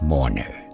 Mourner